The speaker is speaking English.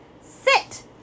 Sit